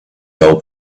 old